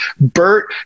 bert